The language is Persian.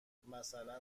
مثلا